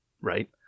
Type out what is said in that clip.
right